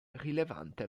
rilevante